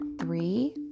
three